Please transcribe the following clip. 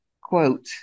quote